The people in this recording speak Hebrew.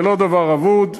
זה לא דבר אבוד.